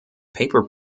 paper